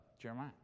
Jeremiah